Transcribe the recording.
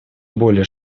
более